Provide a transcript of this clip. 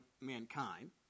mankind